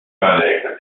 careca